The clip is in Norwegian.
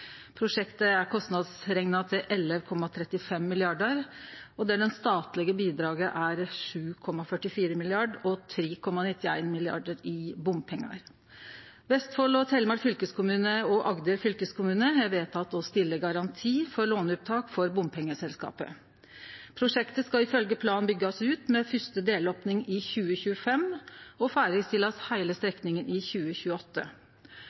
Prosjektet er kostnadsrekna til 11,35 mrd. kr, der det statlege bidraget er 7,44 mrd. kr, og 3,91 mrd. kr er bompengar. Vestfold og Telemark fylkeskommune og Agder fylkeskommune har vedteke å stille garanti for låneopptaket til bompengeselskapet. Prosjektet skal ifølgje planen byggjast ut med fyrste delopning i 2025, og heile strekninga skal ferdigstillast i 2028.